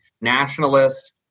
nationalist